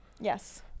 Yes